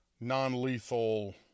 non-lethal